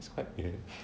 it's quite filling